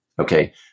Okay